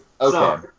Okay